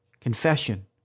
Confession